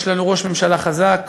יש לנו ראש ממשלה חזק,